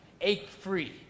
ache-free